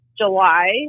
July